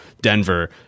Denver